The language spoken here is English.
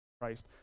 Christ